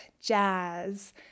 jazz